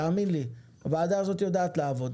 תאמין לי ועדה הזאת יודעת לעבוד,